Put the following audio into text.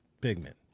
pigment